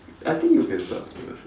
I think you can start first ah